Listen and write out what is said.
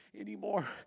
anymore